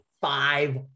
five